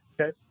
Okay